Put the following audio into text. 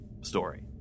story